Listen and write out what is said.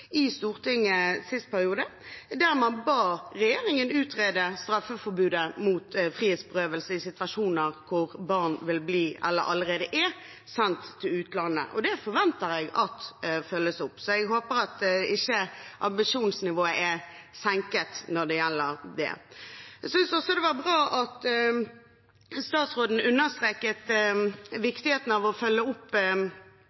Stortinget sist periode, der man ba regjeringen utrede straffeforbudet mot frihetsberøvelse i situasjoner hvor barn vil bli eller allerede er sendt til utlandet. Det forventer jeg at man følger opp. Jeg håper at ambisjonsnivået ikke er senket når det gjelder dette. Jeg synes også det var bra at statsråden understreket